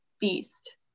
beast